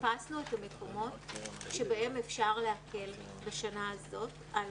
חיפשנו מקומות שבהם אפשר להקל בשנה הזאת על